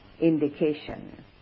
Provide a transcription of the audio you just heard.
indication